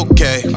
Okay